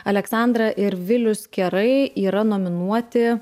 aleksandra ir vilius kerai yra nominuoti